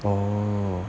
oh